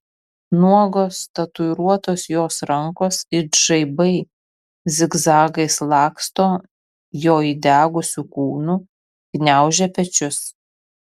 nuogos tatuiruotos jos rankos it žaibai zigzagais laksto jo įdegusiu kūnu gniaužia pečius